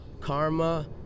Karma